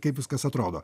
kaip viskas atrodo